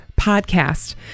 Podcast